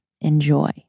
Enjoy